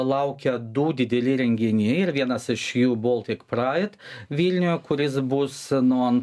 laukia du dideli renginiai ir vienas iš jų baltic praid vilniuje kuris bus nuo